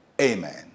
Amen